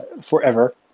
forever